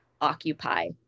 occupy